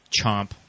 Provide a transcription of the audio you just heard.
chomp